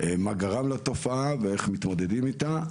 מה גרם לתופעה ואיך מתמודדים איתה.